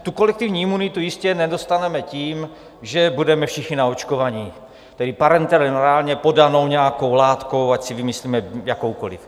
Tu kolektivní imunitu jistě nedostaneme tím, že budeme všichni naočkovaní tedy parenterálně podanou nějakou látkou, ať si vymyslíme jakoukoliv.